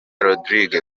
rodrigue